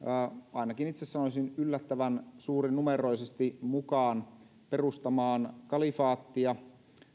ainakin itse sanoisin yllättävän suurinumeroisesti mukaan perustamaan kalifaattia